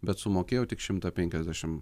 bet sumokėjau tik šimtą penkiasdešimt